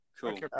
Cool